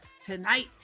tonight